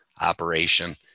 operation